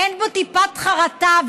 אין בו טיפת חרטה.